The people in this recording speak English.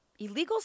illegals